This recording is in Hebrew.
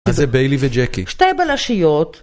מי זה ביילי וג'קי. שתי בלשיות.